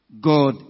God